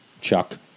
Chuck